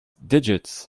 digits